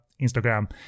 Instagram